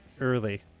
early